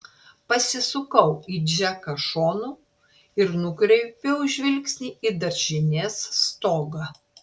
pasisukau į džeką šonu ir nukreipiau žvilgsnį į daržinės stogą